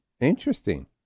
interesting